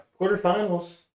quarterfinals